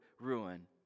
ruin